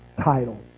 title